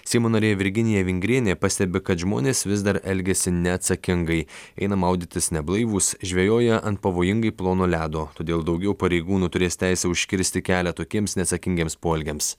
seimo narė virginija vingrienė pastebi kad žmonės vis dar elgiasi neatsakingai eina maudytis neblaivūs žvejoja ant pavojingai plono ledo todėl daugiau pareigūnų turės teisę užkirsti kelią tokiems neatsakingiems poelgiams